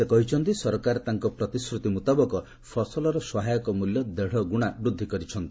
ସେ କହିଛନ୍ତି ସରକାର ତାଙ୍କ ପ୍ରତିଶ୍ରତି ମୁତାବକ ଫସଲର ସହାୟକ ମୂଲ୍ୟ ଦେଢଗୁଣା ବୃଦ୍ଧି କରିଛନ୍ତି